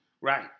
right